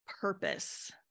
purpose